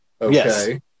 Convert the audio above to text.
Okay